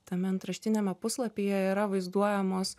tame antraštiniame puslapyje yra vaizduojamos